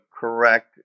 correct